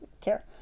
care